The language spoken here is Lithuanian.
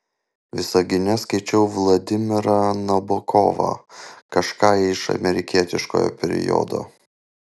visagine skaičiau vladimirą nabokovą kažką iš amerikietiškojo periodo